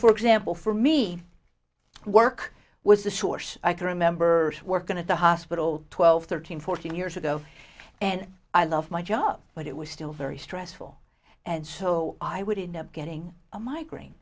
for example for me work was the source i can remember work going to the hospital twelve thirteen fourteen years ago and i love my job but it was still very stressful and so i would end up getting a migraine